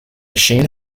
machine